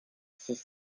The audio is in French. six